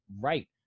right